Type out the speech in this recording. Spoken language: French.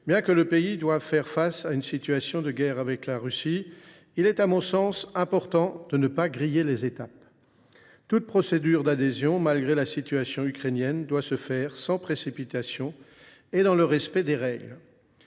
Bien que l’Ukraine doive faire face à une situation de guerre avec la Russie, il est, à mon sens, important de ne pas griller les étapes. Toute procédure d’adhésion, quelle que soit la situation du pays concerné, doit se faire sans précipitation et dans le respect des règles.